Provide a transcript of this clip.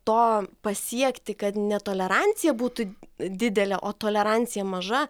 to pasiekti kad netolerancija būtų didelė o tolerancija maža